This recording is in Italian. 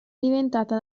diventata